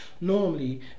Normally